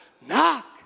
Knock